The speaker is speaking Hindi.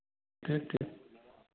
ठीक ठीक